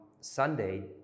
Sunday